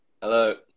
Hello